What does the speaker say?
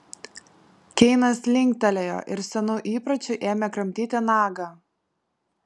keinas linktelėjo ir senu įpročiu ėmė kramtyti nagą